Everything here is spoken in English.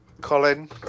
Colin